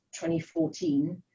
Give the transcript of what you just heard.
2014